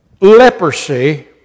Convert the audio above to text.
leprosy